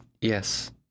Yes